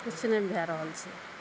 किछु नहि भऽ रहल छै